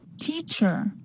Teacher